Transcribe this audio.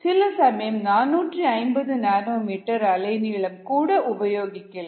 சில சமயம் 450 nm அலைநீளம் கூட உபயோகிக்கலாம்